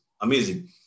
amazing